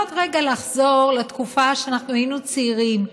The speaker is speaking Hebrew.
רגע לחזור לתקופה שאנחנו היינו צעירים,